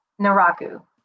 Naraku